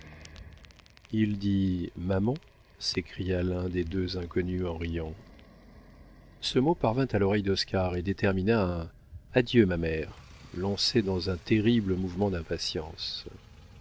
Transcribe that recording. il dit maman s'écria l'un des deux inconnus en riant ce mot parvint à l'oreille d'oscar et détermina un adieu ma mère lancé dans un terrible mouvement d'impatience